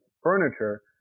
furniture